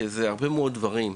שזה קשור להרבה מאוד דברים.